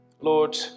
Lord